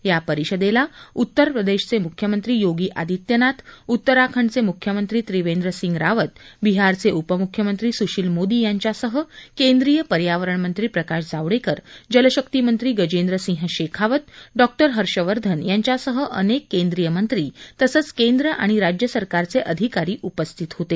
या परिषदेला उत्तरप्रदेशचे मुख्यमंत्री योगी आदित्यनाथ उत्तराखंडचे मुख्यमंत्री त्रिवेंद्रसिंग रावत बिहारचे उपमुख्यमंत्री सुशील मोदी यांच्यासह केंद्रीय पर्यावरणमंत्री प्रकाश जावडेकर जलशक्तीमंत्री गजेंद्रसिंह शेखावत डॉक्टर हर्षवर्धन यांच्यासह अनेक केंद्रीय मंत्री तसंच केंद्र आणि राज्यसरकारचे अधिकारी उपस्थित होते